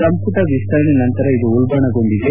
ಸಂಪುಟ ವಿಸ್ತರಣೆ ನಂತರ ಇದು ಉಲ್ಲಣಗೊಂಡಿದೆ